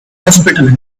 hospital